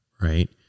right